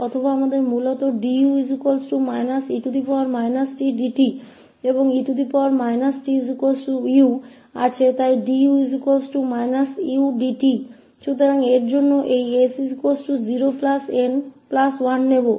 और अब हम प्रतिस्थापित करते हैं ue t को जिसका अर्थ है कि हमारे पासln 𝑢 −𝑡 है या हमारे पास मूल रूप से due tdt और e tu है इसलिए हमारे पास 𝑑𝑢 −𝑢 𝑑𝑡 है